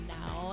now